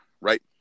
right